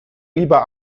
lieber